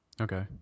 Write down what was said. Okay